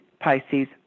Pisces